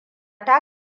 ta